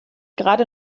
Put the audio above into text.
gerade